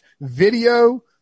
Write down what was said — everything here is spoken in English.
video